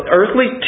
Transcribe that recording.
earthly